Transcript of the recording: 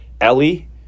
Ellie